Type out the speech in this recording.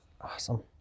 awesome